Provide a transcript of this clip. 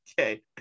Okay